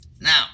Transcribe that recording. Now